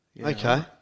Okay